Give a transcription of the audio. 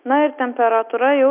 na ir temperatūra jau